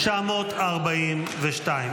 -- 795.